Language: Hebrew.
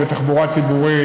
בתחבורה ציבורית,